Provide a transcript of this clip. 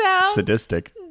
Sadistic